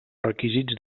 requisits